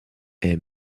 est